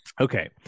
Okay